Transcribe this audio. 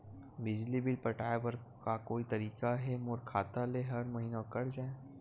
बिजली बिल पटाय बर का कोई तरीका हे मोर खाता ले हर महीना कट जाय?